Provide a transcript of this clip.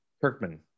Kirkman